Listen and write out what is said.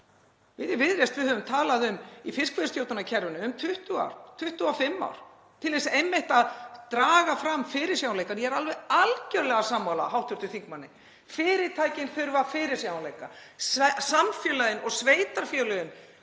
Við í Viðreisn höfum talað um í fiskveiðistjórnarkerfinu um 20 ár, 25 ár, til þess einmitt að draga fram fyrirsjáanleikann. Ég er alveg algjörlega sammála hv. þingmanni. Fyrirtækin þurfa fyrirsjáanleika, samfélögin og sveitarfélögin,